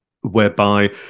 whereby